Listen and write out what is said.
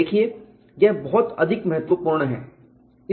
देखिए यह बहुत अधिक महत्वपूर्ण है